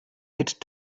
mit